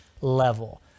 level